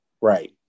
Right